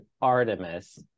Artemis